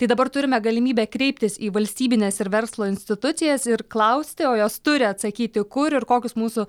tai dabar turime galimybę kreiptis į valstybines ir verslo institucijas ir klausti o jos turi atsakyti kur ir kokius mūsų